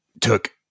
took